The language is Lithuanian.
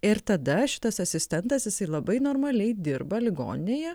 ir tada šitas asistentas jisai labai normaliai dirba ligoninėje